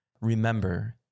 remember